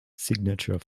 signature